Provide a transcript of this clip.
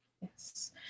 Yes